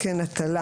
"קן הטלה"